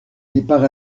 départ